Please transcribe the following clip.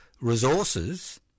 resources